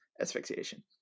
asphyxiation